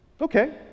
Okay